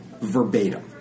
verbatim